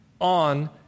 on